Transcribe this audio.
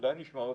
אולי נשמע אותם?